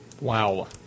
Wow